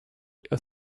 are